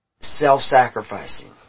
self-sacrificing